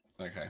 Okay